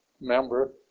member